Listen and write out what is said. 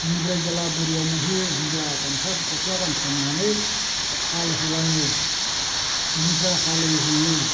बेनिफ्राय जेला बोरियाव मोनहैयो होनब्ला गामसा गस्ला गानस्रांनानै हाल होलाङो बिनिफ्राय हालेवहैयो